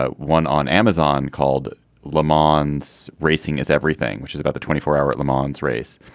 ah one on amazon called lemons. racing is everything which is about the twenty four hour at le mans race.